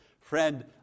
Friend